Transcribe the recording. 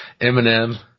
Eminem